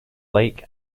lake